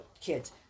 kids